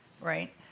Right